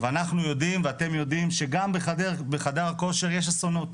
אנחנו יודעים ואתם יודעים שגם בחדר כושר יש אסונות.